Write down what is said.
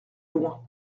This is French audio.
loin